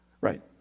right